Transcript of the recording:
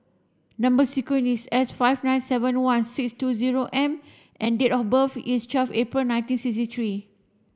number sequence is S five nine seven one six two zero M and date of birth is twelve April nineteen sixty three